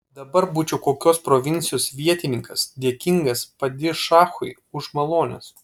dabar būčiau kokios provincijos vietininkas dėkingas padišachui už malones